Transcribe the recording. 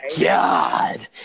God